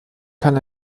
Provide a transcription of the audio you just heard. kann